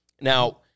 Now